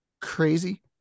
crazy